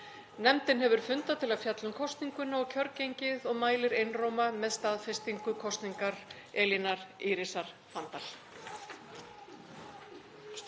Nefndin hefur fundað til að fjalla um kosninguna og kjörgengið og mælir einróma með staðfestingu kosningar Elínar Írisar Fanndal.